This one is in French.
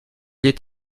est